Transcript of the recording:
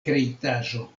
kreitaĵo